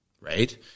right